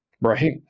right